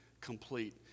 complete